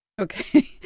Okay